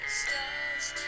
stars